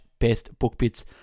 bestbookbits